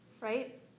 right